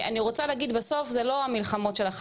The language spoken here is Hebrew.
זה לא איזו מוטיבציה להקטין פרויקט או להעלים אותו